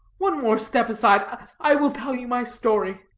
one more step aside i will tell you my story.